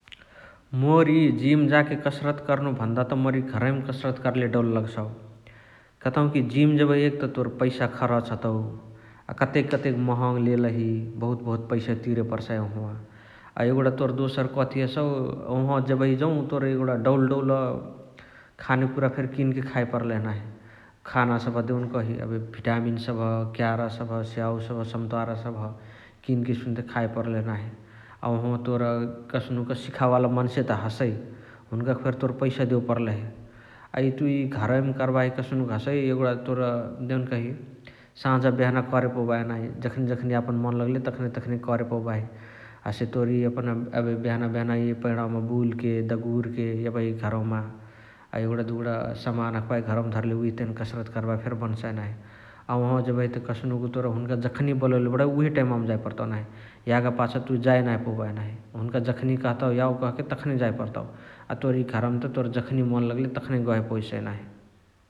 मोर इअ जिम जाके कसरत कर्नु भन्दा त मोर इ घरवैमा कसरत कर्ले डौल लगसाउ । कतौकी जिम जेबही एक त तोर पैसा खरच हतउ अ कतेक कतेक महङ लेलही । बहुत बहुत पैसा तिरे पर्साअइ ओहवा । अ एगुणा तोर डोसर कठी हसउ ओहवा जेबही जौ तोर एगुणा डौल डौल खाने कुरा किनके फेरी खाए पर्लही नाही खाना सबह देउनकही एबे भिटामिन सबह क्यारा सबह्, स्याउ सबह्, सम्त्वार सबह किनके सुन्ते खाए पर्लही नाही । अ ओहवा तोर कस्नुक सिखावे वाला मन्से त हसइ हुन्कके फेरी तोर पैसा देवे पर्लही । अ इअ तुइ घरवैमा कर्बाही कस्नुक हसइ एगुणा तोर देउनकही साझा बेहना करे पौबाही नाही जखानेए जखानेए यापन मन लगले तखनी तखनी करे पौबाही । हसे तोर इअ एपना एबे बेहना बेहना पैणावमा बुलके दगुरके एबही घरवमा । अ एगुणा दुगुणा समान हखबाही घरवमा धर्ले उहे तेने कसरत कर्बाही फेरी बन्साइ नाही । अ वोहावाअ जेबही त कस्नुक तोर हुन्क जखनी बलोले बणइ उहे टैमावमा जाए पर्ताउ नाही । याग पाछ तुइ जाए नाही पौबाही नाही । हुन्क जखनी कहताउ याउ कहके तखनै जाए पर्ताउ । अ तोर इअ घरवमा त तोर जखनी मन लगले तखानही गहे पवेसइ नाही ।